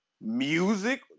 music